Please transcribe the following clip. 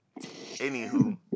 anywho